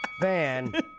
Van